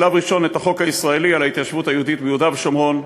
בשלב ראשון את החוק הישראלי על ההתיישבות היהודית ביהודה ושומרון,